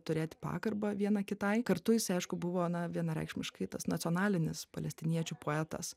turėti pagarbą viena kitai kartu jisai aišku buvo na vienareikšmiškai tas nacionalinis palestiniečių poetas